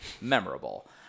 memorable